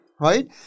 right